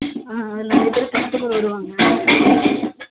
ஆ அதில் நிறையா பேர் கஸ்டமர் வருவாங்க